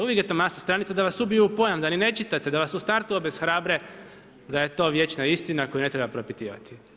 Uvijek je to masa stranica da vas ubiju u pojam, da ni ne čitate, da vas u startu obeshrabre da je to vječna istina koju ne treba propitivati.